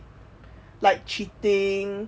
like cheating